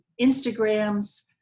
Instagrams